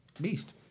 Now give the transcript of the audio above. Beast